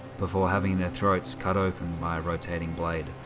before having their throats cut open by a rotating blade.